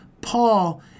Paul